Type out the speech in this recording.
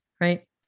right